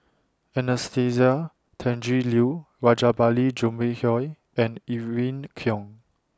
Anastasia Tjendri Liew Rajabali Jumabhoy and Irene Khong